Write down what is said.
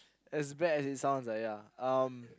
as bad as it sounds ah yeah um